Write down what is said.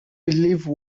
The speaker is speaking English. believe